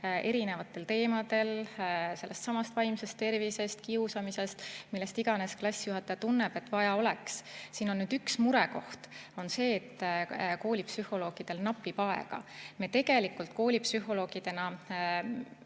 erinevatel teemadel [rääkimas], sellestsamast vaimsest tervisest, kiusamisest, millest iganes klassijuhataja tunneb, et vaja oleks. Siin on nüüd üks murekoht – see, et koolipsühholoogidel napib aega. Meie töö koolipsühholoogidena